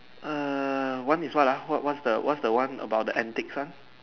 err one is what ah what what's the what's the one about the antics one